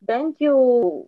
bent jau